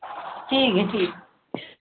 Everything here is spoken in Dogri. ठीक ऐ ठीक